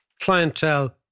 clientele